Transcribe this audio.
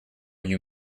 you